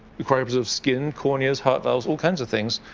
we cryo preserved skin corneas, heart valves, all kinds of things.